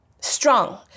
strong